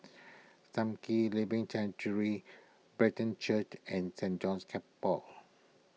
Sam Kee Living Sanctuary Brethren Church and Saint John's